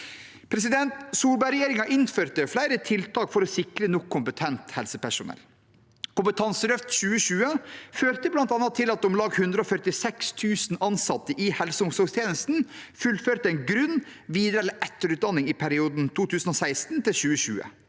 Solberg-regjeringen innførte flere tiltak for å sikre nok kompetent helsepersonell. Kompetanseløft 2020 førte bl.a. til at 146 000 ansatte i helse- og omsorgstjenesten fullførte grunn-, videre- eller etterutdanning i perioden 2016–2020.